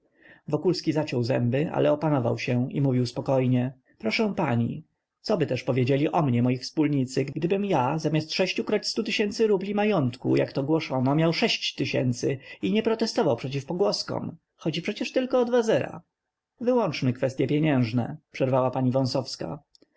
oczy wokulski zaciął zęby ale opanował się i mówił spokojnie proszę pani coby też powiedzieli o mnie moi wspólnicy gdybym ja zamiast sześciukroćstutysięcy rubli majątku jak to głoszono miał sześć tysięcy i nie protestował przeciw pogłoskom chodzi przecież tylko o dwa zera wyłączmy kwestye pieniężne przerwała pani